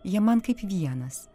jie man kaip vienas